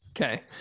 Okay